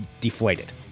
deflated